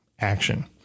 Action